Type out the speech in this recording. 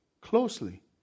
closely